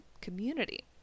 community